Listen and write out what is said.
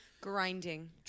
Grinding